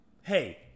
Hey